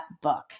book